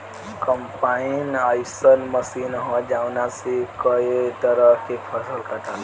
combine अइसन machine ह जवना से कए तरह के फसल कटाला